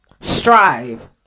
strive